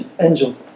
angel